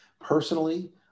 Personally